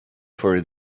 for